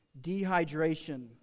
dehydration